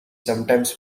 sometimes